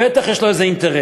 בטח יש לו איזה אינטרס,